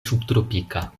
subtropika